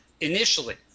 initially